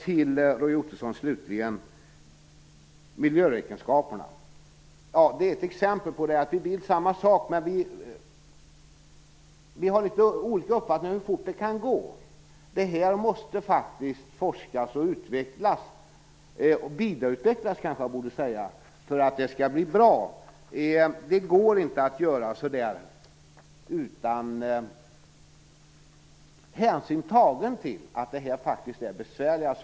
Till Roy Ottosson, slutligen, om miljöräkenskaperna: Det är ett exempel på att vi vill samma sak, men att vi har litet olika uppfattningar om hur fort det kan gå. Man måste faktiskt forska om det här och vidareutveckla detta för att det skall bli bra. Det går inte att göra utan hänsyn tagen till att det här faktiskt är besvärliga saker.